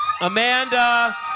Amanda